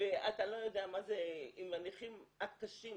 ואתה לא יודע מה זה עם הנכים הקשים.